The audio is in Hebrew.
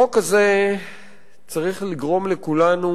החוק הזה צריך לגרום לכולנו